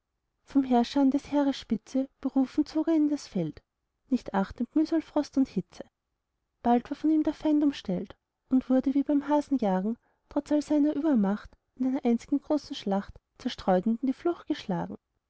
vom herrscher an des heeres spitze berufen zog er in das feld nicht achtend mühsal frost und hitze bald war von ihm der feind umstellt und wurde wie beim hasenjagen trotz aller seiner übermacht in einer einz'gen großen schlacht zerstreut und in die flucht geschlagen